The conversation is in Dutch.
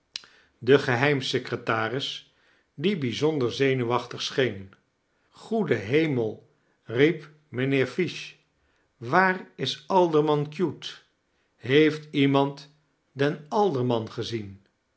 aan den geheimsecretaris die bij zonder zennwachtig scheen goede hemel riep mijnheer fish waar is alderman cute heeft iemand den alderman gezien